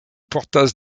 portas